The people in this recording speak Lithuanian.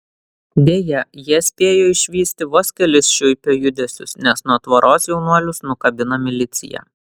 deja jie spėjo išvysti vos kelis šiuipio judesius nes nuo tvoros jaunuolius nukabino milicija